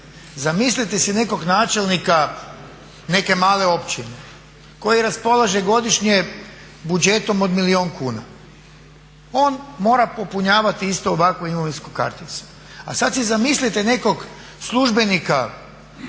Zamislite si nekog načelnika neke male općine koji raspolaže godišnje budžetom od milijun kuna. On mora popunjavati isto ovakvu imovinsku karticu. A sad si zamislite nekog službenika